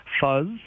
fuzz